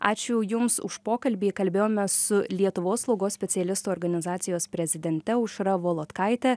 ačiū jums už pokalbį kalbėjome su lietuvos slaugos specialistų organizacijos prezidente aušra volodkaite